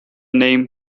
name